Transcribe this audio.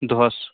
دۄہَس